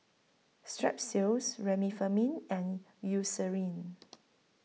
Strepsils Remifemin and Eucerin